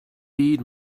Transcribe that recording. byd